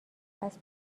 اسب